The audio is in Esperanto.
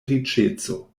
riĉeco